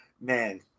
man